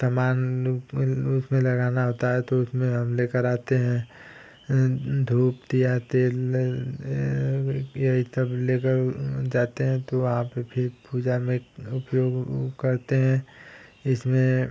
थमान उस में लगाना होता है उसमें हम लेकर आते हैं धूप दिया तेल यही तब लेकर जाते हैं तो वहाँ पर फिर पूजा में उपयोग करते हैं जिसमें